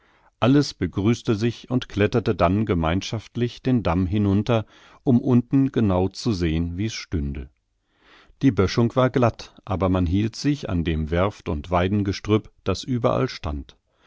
alles begrüßte sich und kletterte dann gemeinschaftlich den damm hinunter um unten genau zu sehen wie's stünde die böschung war glatt aber man hielt sich an dem werft und weidengestrüpp das überall stand